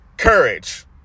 Courage